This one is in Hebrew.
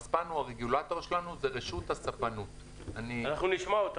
רספ"ן, רשות הספנות, היא הרגולטור שלנו.